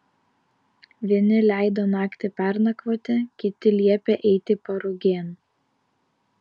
vieni leido naktį pernakvoti kiti liepė eiti parugėn